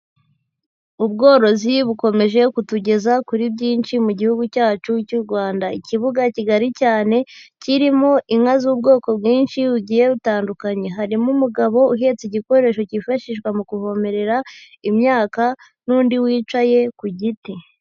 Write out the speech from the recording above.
Ubworozi bukomeje kutugeza kuri byinshi mu gihugu cyacu cy'u Rwanda. Ikibuga kigari cyane kirimo inka z'ubwoko bwinshi bugiye butandukanye; harimo umugabo uhetse igikoresho kifashishwa mu kuvomerera imyaka n'undi wicaye ku giti.